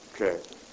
Okay